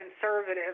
conservative